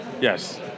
yes